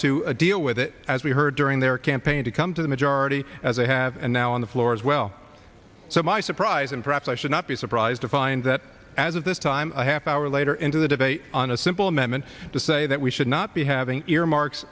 to deal with it as we heard during their campaign to come to the majority as they have now on the floor as well so my surprise and perhaps i should not be surprised to find that as of this time a half hour later into the debate on a simple amendment to say that we should not be having earmarks